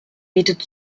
bietet